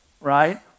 right